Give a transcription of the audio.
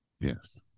Yes